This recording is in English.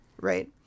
right